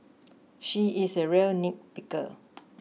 she is a real nitpicker